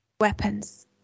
Weapons